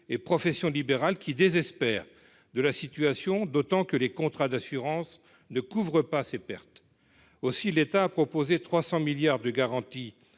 des professions libérales, qui désespèrent de la situation, d'autant que les contrats d'assurance ne couvrent pas ces pertes. L'État a annoncé 300 milliards d'euros